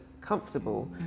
comfortable